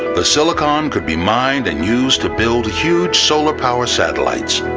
the silicon could be mined and used to build huge solar power satellites.